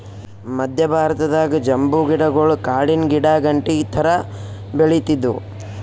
ಮದ್ಯ ಭಾರತದಾಗ್ ಬಂಬೂ ಗಿಡಗೊಳ್ ಕಾಡಿನ್ ಗಿಡಾಗಂಟಿ ಥರಾ ಬೆಳಿತ್ತಿದ್ವು